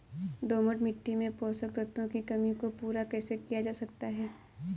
दोमट मिट्टी में पोषक तत्वों की कमी को पूरा कैसे किया जा सकता है?